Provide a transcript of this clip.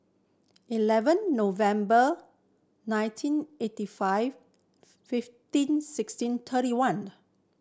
eleven November nineteen eighty five fifteen sixteen thirty one